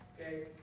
Okay